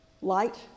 Light